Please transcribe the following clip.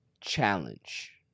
challenge